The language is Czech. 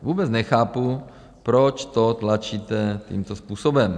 Vůbec nechápu, proč to tlačíte tímto způsobem.